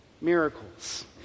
miracles